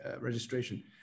registration